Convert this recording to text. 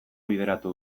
bideratu